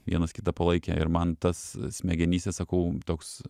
vienas kitą palaikė ir man tas smegenyse sakau toks